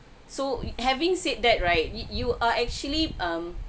so having said that right you you are actually um